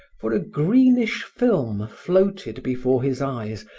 for a greenish film floated before his eyes,